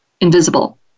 invisible